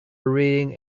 reading